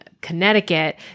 Connecticut